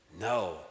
No